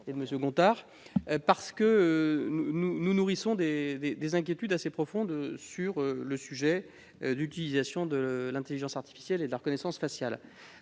et de ses collègues, car nous nourrissons des inquiétudes assez profondes sur l'utilisation de l'intelligence artificielle et de la reconnaissance faciale.